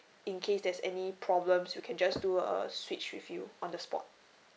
in case there's any problems we can just do a switch with you on the spot